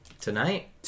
Tonight